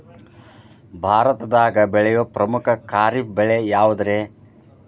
ಭಾರತದಾಗ ಬೆಳೆಯೋ ಪ್ರಮುಖ ಖಾರಿಫ್ ಬೆಳೆ ಯಾವುದ್ರೇ?